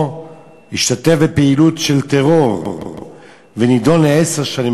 או השתתף בפעילות של טרור ונידון לעשר שנים,